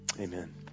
Amen